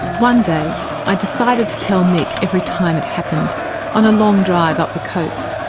one day i decided to tell nick every time it happened on a long drive up the coast,